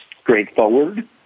straightforward